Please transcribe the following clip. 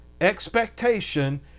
expectation